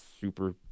super